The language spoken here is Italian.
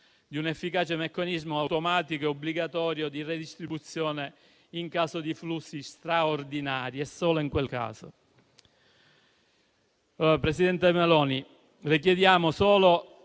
di un efficace meccanismo automatico e obbligatorio di redistribuzione in caso di flussi straordinari, e solo in quel caso. Presidente Meloni, le chiediamo anche